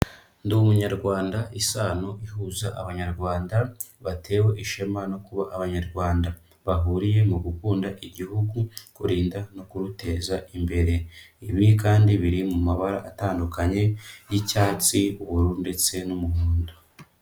Ndi umunyarwanda isano ihuza abanyarwanda, batewe ishema no kuba abanyarwanda. Bahuriye mu gukunda igihugu, kurinda no kuruteza imbere. Ibi kandi biri mu mabara atandukanye y'icyatsi, ubururu ndetse n'umuhondo.